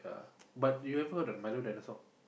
but you have heard the milo dinosaur